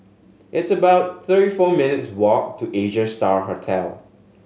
it's about thirty four minutes' walk to Asia Star Hotel